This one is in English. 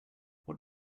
what